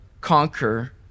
conquer